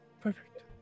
Perfect